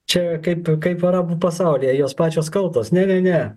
čia kaip kaip arabų pasaulyje jos pačios kaltos ne ne ne